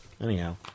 Anyhow